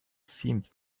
seemed